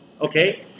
Okay